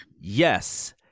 yes